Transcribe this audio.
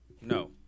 no